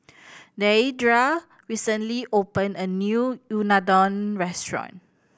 Deidra recently opened a new Unadon restaurant